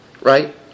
right